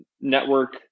network